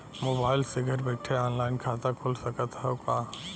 Mobile से घर बैठे ऑनलाइन खाता खुल सकत हव का?